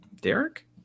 Derek